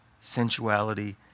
sensuality